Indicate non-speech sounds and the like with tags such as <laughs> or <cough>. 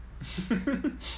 <laughs>